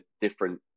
different